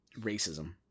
racism